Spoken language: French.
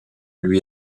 lui